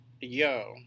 Yo